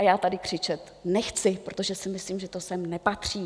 Já tady křičet nechci, protože si myslím, že to sem nepatří.